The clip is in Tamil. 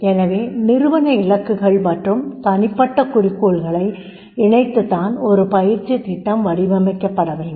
எனவே நிறுவன இலக்குகள் மற்றும் தனிப்பட்ட குறிக்கோள்களை இணைத்து தான் ஒரு பயிற்சி திட்டம் வடிவமைக்கப்படவேண்டும்